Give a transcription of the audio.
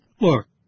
look